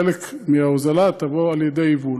חלק מההוזלה יהיה על ידי יבוא,